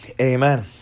amen